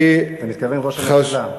אתה מתכוון: ראש הממשלה.